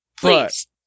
Please